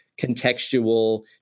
contextual